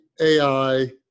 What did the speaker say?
AI